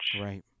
Right